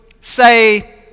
say